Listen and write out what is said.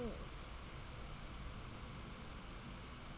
mm